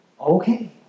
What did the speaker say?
Okay